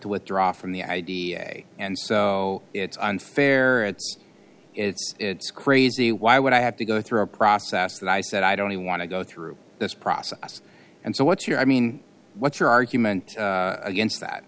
to withdraw from the id and so it's unfair it's it's crazy why would i have to go through a process that i said i don't want to go through this process and so what's your i mean what's your argument against that